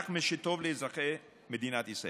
רק מה שטוב לאזרחי ישראל.